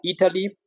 Italy